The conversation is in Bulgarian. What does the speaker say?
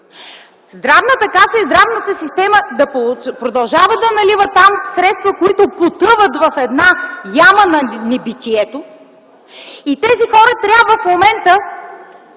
Здравната каса и здравната система да продължават да наливат там средства, които потъват в една яма на небитието, и тези хора трябва в момента